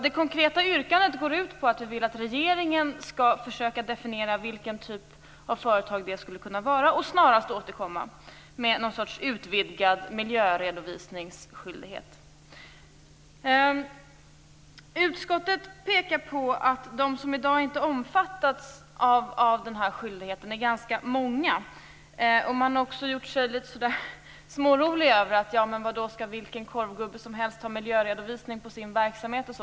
Det konkreta yrkandet går ut på att vi vill att regeringen skall definiera vilken typ av företag det skulle kunna vara och snarast återkomma med någon sorts utvidgad miljöredovisningsskyldighet. Utskottet pekar på att de som i dag inte omfattas av den här skyldigheten är ganska många. Man har också gjort sig litet smårolig och sagt: Skall vilken korvgubbe som helst ha miljöredovisning på sin verksamhet?